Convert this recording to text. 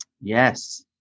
Yes